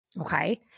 okay